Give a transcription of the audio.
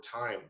time